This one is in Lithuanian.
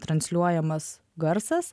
transliuojamas garsas